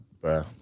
Bro